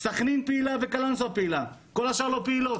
סכנין פעילה וקלנסואה פעילה, כל השאר לא פעילות.